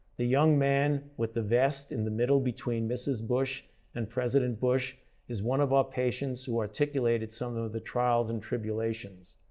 the young man with the vest in the middle between mrs. bush and president bush is one of our patients who articulated some of the trials and tribulations.